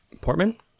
Portman